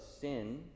sin